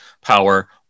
power